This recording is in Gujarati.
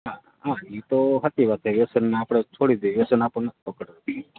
હા હા એ તો સાચી વાત છે વ્યસનને આપણે છોડી દઈએ વ્યસન આપણને નથી પકડતું